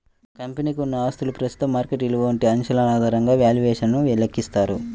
కంపెనీకి ఉన్న ఆస్తుల ప్రస్తుత మార్కెట్ విలువ వంటి అంశాల ఆధారంగా వాల్యుయేషన్ ను లెక్కిస్తారు